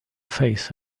face